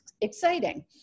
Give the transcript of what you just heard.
exciting